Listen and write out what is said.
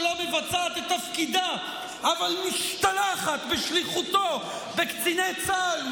שלא מבצעת את תפקידה אבל משתלחת בשליחותו בקציני צה"ל,